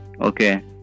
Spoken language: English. Okay